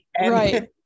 right